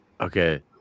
Okay